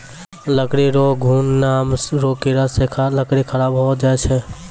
लकड़ी रो घुन नाम रो कीड़ा से लकड़ी खराब होय जाय छै